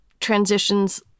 transitions